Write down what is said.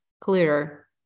clearer